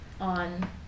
on